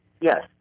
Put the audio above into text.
Yes